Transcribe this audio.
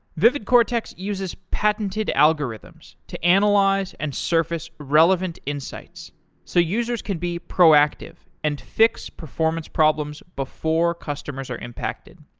vividcortex uses patented algorithms to analyze and surface relevant insights so users can be proactive and fix performance problems before customers are impacted.